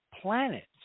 planets